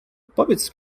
powiedz